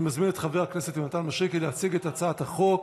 אני מזמין את חבר הכנסת יונתן מישרקי להציג את הצעת החוק,